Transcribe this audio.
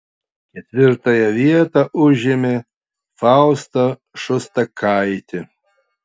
ketvirtąją vietą užėmė fausta šostakaitė